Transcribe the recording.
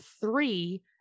three